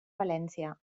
valència